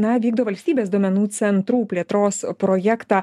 na vykdo valstybės duomenų centrų plėtros projektą